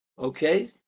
Okay